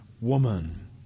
woman